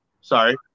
Sorry